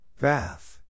Bath